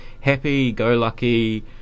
happy-go-lucky